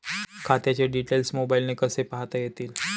खात्याचे डिटेल्स मोबाईलने कसे पाहता येतील?